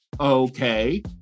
okay